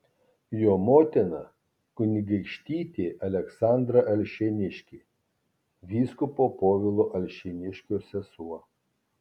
jo motina kunigaikštytė aleksandra alšėniškė vyskupo povilo alšėniškio sesuo